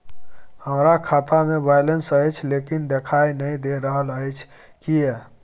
हमरा खाता में बैलेंस अएछ लेकिन देखाई नय दे रहल अएछ, किये?